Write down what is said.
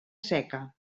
seca